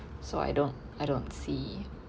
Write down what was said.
so I don't I don't see